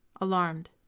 alarmed